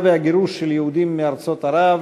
היא 11 בעד,